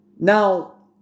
Now